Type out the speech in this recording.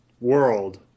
world